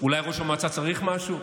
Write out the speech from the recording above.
אולי ראש המועצה צריך משהו,